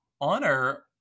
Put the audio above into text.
honor